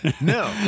No